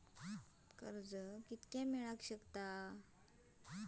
कर्ज कितक्या मेलाक शकता?